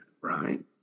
Right